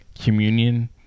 communion